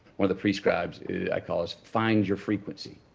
one of the pre-scribes i call is, find your frequency.